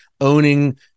owning